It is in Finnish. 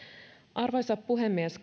arvoisa puhemies